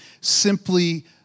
simply